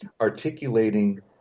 articulating